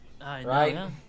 Right